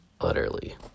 utterly